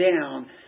down